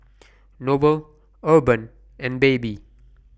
Noble Urban and Baby